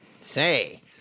Say